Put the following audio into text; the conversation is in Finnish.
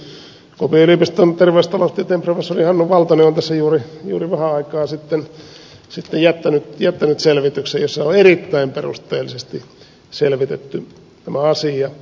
kuopion yliopiston terveystaloustieteen professori hannu valtonen on tässä juuri vähän aikaa sitten jättänyt selvityksen jossa on erittäin perusteellisesti selvitetty tämä asia